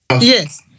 Yes